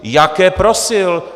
Jaké prosil!